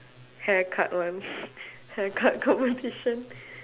haircut one haircut competition